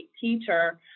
teacher